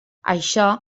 això